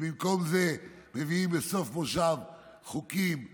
ובמקום זה מביאים בסוף מושב חוקים הזויים,